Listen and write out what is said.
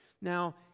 Now